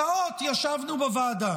שעות ישבנו בוועדה